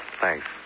Thanks